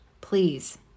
Please